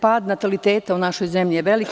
Pad nataliteta u našoj zemlji je veliki.